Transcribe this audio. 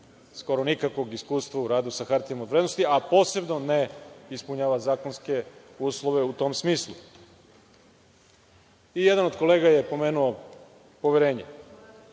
skoro nikakvog iskustva u radu sa hartijama od vrednosti, a posebno ne ispunjava zakonske uslove u tom smislu. Jedan od kolega je pomenuo poverenje.